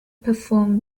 perform